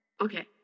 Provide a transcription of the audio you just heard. Okay